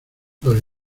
los